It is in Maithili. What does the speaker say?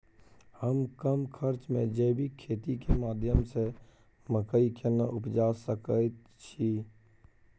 हम कम खर्च में जैविक खेती के माध्यम से मकई केना उपजा सकेत छी?